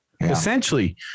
Essentially